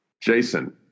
Jason